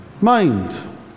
mind